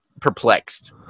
perplexed